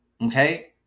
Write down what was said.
okay